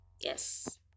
Yes